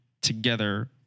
together